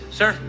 sir